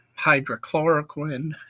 hydrochloroquine